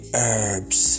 herbs